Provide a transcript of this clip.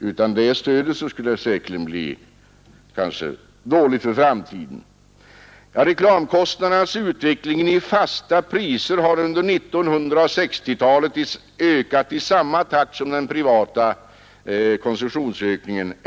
Utan detta stöd skulle det nog gå dåligt. Reklamkostnadernas utveckling i fasta priser har under 1960-talet ökat i samma takt som den privata konsumtionens volym.